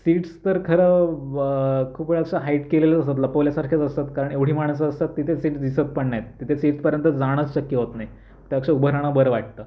seats तर खरं खूप वेळा असं हाईट केलेलंच असतात लपवल्यासारख्याच असतात कारण एवढी माणसं असतात तिथे सीट्स दिसत पण नाहीत तिथे सीट्सपर्यंत जाणंच शक्य होत नाही त्यापेक्षा उभं राहणं बरं वाटतं